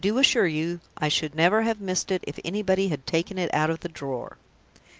i do assure you i should never have missed it if anybody had taken it out of the drawer!